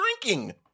drinking